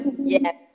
Yes